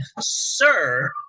sir